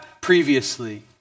previously